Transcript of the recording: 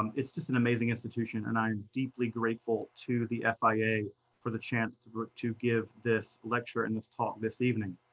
um it's just an amazing institution, and i'm deeply grateful to the fia for the chance to but to give this lecture and this talk this evening.